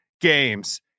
games